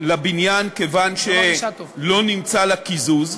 לבניין כיוון שלא נמצא לה קיזוז,